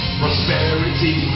prosperity